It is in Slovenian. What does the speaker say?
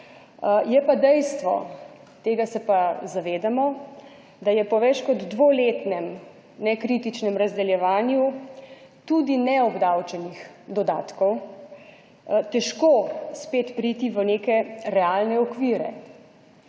Je pa dejstvo, tega se pa zavedamo, da je po več kot dvoletnem nekritičnem razdeljevanju tudi neobdavčenih dodatkov težko spet priti v neke realne okvire.